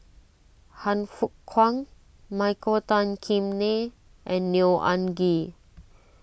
Han Fook Kwang Michael Tan Kim Nei and Neo Anngee